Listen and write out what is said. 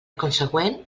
consegüent